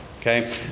okay